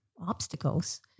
obstacles